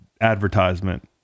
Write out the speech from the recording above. advertisement